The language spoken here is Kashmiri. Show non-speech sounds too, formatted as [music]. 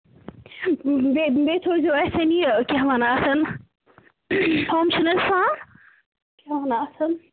بیٚیہِ بیٚیہِ تھٲیِزیٚو اَسہِ یہِ کیٛاہ وَنان اَتھ [unintelligible] چھُنہٕ سان کیٛاہ وَنان اَتھ